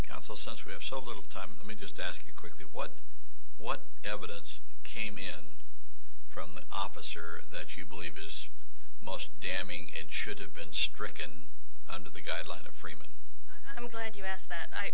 counsel since we have so little time let me just ask you quickly what what evidence came in him from an officer that you believe most damning in should have been stricken under the guidelines of freeman i'm glad you asked that i